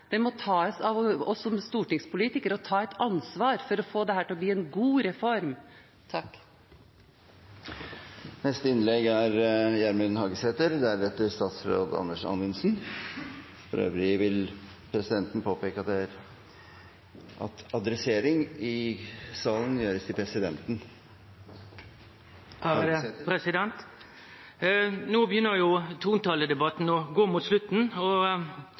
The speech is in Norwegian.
må tas av oss som stortingspolitikere, og vi må ta et ansvar for å få dette til å bli en god reform. Presidenten vil påpeke at adressering i salen gjøres til presidenten. No begynner trontaledebatten å gå mot slutten. For å summere opp litt synest eg det er tydeleg at